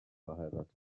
verheiratet